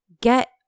get